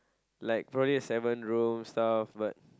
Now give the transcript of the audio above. like brought it seven rooms stuff but